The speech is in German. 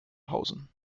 hausen